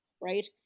right